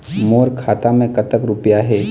मोर खाता मैं कतक रुपया हे?